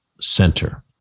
center